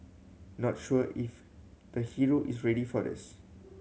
not sure if the hero is ready for this